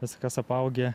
viskas apaugę